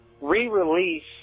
re-release